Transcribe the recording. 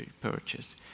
purchase